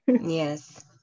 yes